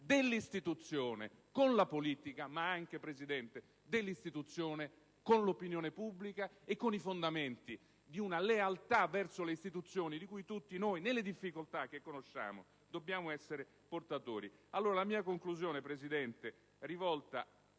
dell'istituzione con la politica, ma anche dell'istituzione con l'opinione pubblica e con i fondamenti di una lealtà verso le istituzioni di cui tutti noi, pur nelle difficoltà che conosciamo, dobbiamo essere portatori.